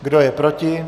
Kdo je proti?